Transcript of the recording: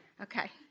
Okay